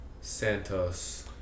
Santos